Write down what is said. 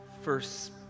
first